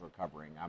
recovering